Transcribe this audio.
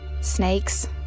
Snakes